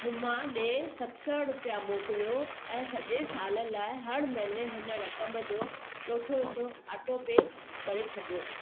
हुमा ॾे सत सौ रुपया मोकिलियो ऐं सॼे साल लाइ हर महिने इन रक़म जो चोथों हिसो ऑटो पे करे छॾियो